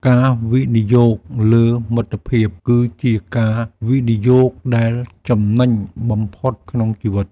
ការវិនិយោគលើមិត្តភាព គឺជាការវិនិយោគដែលចំណេញបំផុតក្នុងជីវិត។